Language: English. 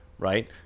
right